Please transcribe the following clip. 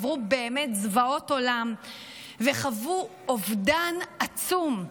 עברו באמת זוועות עולם וחוו אובדן עצום.